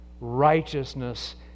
righteousness